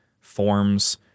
forms